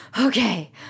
okay